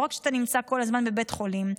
לא רק שאתה נמצא כל הזמן בבית חולים,